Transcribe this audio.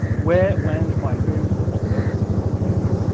where when by whom and for what purposes was it used,